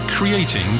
Creating